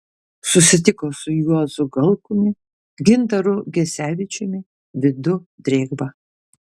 susitiko su juozu galkumi gintaru gesevičiumi vidu drėgva